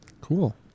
Cool